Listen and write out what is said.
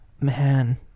Man